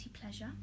pleasure